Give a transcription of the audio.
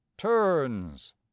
turns